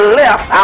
left